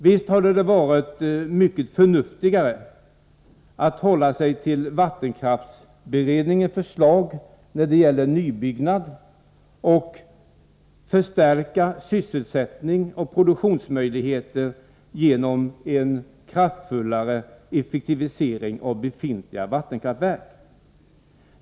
Visst hade det varit mycket förnuftigare att hålla sig till vattenkraftsberedningens förslag när det gäller nybyggnad och förstärka sysselsättning och produktionsmöjligheter genom en kraftfullare effektivisering av befintliga vattenkraftverk.